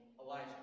Elijah